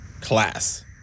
class